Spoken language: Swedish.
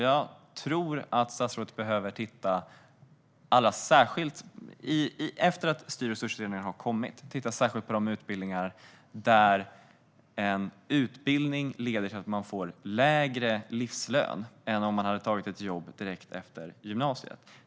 Jag tror att statsrådet, efter att styr och resursutredningen har kommit, behöver titta särskilt på de utbildningar som leder till att man får lägre livslön än om man hade tagit ett jobb direkt efter gymnasiet.